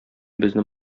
безне